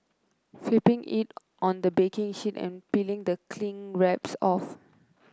flipping it on the baking sheet and peeling the cling wraps off